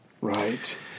Right